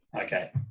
Okay